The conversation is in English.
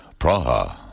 Praha